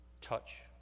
Touch